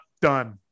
done